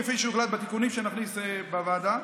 כפי שיוחלט בתיקונים שנכניס בוועדה.